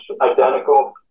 identical